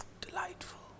Delightful